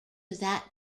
that